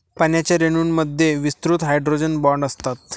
पाण्याच्या रेणूंमध्ये विस्तृत हायड्रोजन बॉण्ड असतात